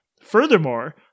Furthermore